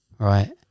Right